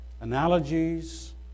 analogies